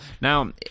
now